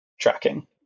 tracking